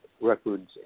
records